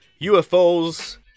UFOs